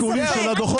אין ספק,